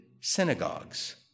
synagogues